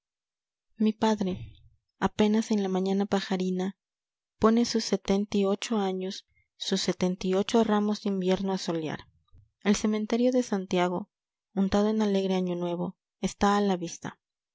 mi padre apenas en la mañana pajarina pone sus setentiocho años sus setentiocho ramos de invierno a solear el cementerio de santiago untado en alegre año nuevo está a la vista